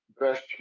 best